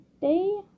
day